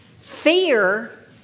fear